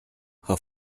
her